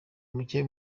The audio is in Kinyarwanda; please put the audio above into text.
muke